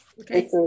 Okay